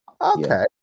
Okay